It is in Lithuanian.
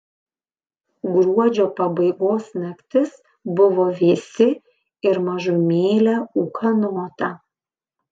gruodžio pabaigos naktis buvo vėsi ir mažumėlę ūkanota